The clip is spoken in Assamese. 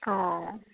অঁ